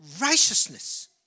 righteousness